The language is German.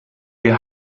wir